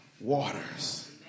waters